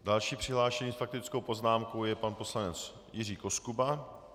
Další přihlášený s faktickou poznámkou je pan poslanec Jiří Koskuba.